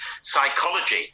psychology